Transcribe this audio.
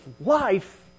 life